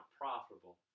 profitable